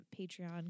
Patreon